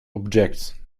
objects